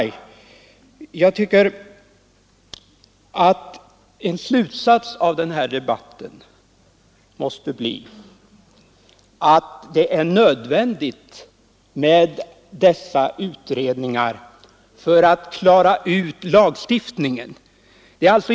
Jag tycker att en slutsats av den här debatten måste bli att de tillsatta utredningarna är nödvändiga för att klara ut lagstiftningen.